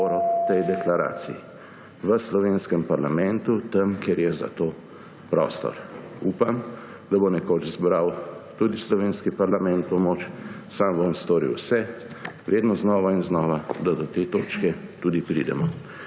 tej deklaraciji v slovenskem parlamentu, tam, kjer je za to prostor. Upam, da bo nekoč zbral tudi slovenski parlament to moč. Sam bom storil vse, vedno znova in znova, da do te točke tudi pridemo.